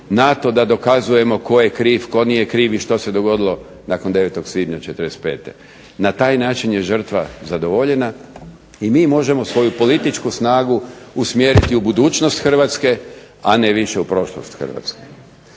na to da dokazujemo tko je kriv, tko nije kriv i što se dogodilo nakon 9. svibnja 1945. Na taj način je žrtva zadovoljena i mi možemo svoju političku snagu usmjeriti u budućnost Hrvatske, a ne više u prošlost Hrvatske.